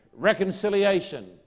Reconciliation